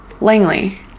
Langley